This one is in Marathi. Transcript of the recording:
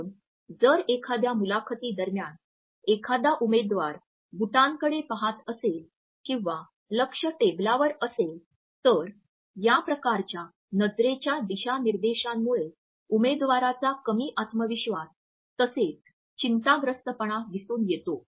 म्हणून जर एखाद्या मुलाखतीदरम्यान एखादा उमेदवार बुटांकडे पहात असेल किंवा लक्ष टेबलवर असेल तर या प्रकारच्या नजरेच्या दिशानिर्देशांमुळे उमेदवाराचा कमी आत्मविश्वास तसेच चिंताग्रस्तपणा दिसून येतो